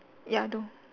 ya no